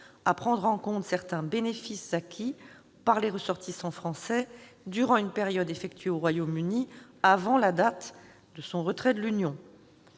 à prendre en compte certains bénéfices acquis par les ressortissants français durant une période effectuée au Royaume-Uni avant la date de son retrait de l'Union,